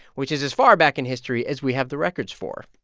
which is as far back in history as we have the records for